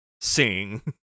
sing